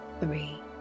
three